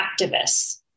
activists